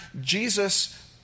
Jesus